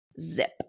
zip